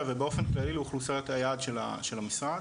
ובאופן כללי לאוכלוסיית היעד של המשרד,